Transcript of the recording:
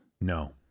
No